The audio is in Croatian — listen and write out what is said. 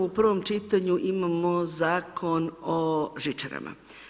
U prvom čitanju imamo Zakon o žičarama.